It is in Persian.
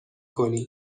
کنی